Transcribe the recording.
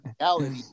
reality